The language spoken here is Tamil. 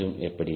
மற்றும் எப்படி